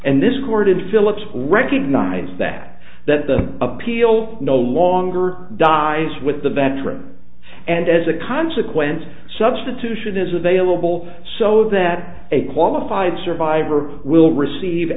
and this chorded phillips will recognize that that the appeal no longer dies with the veteran and as a consequence substitution is available so that a qualified survivor will receive